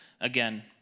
again